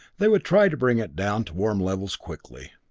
they would try to bring it down to warm levels quickly.